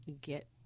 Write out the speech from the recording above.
get